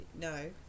no